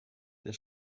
der